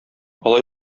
алай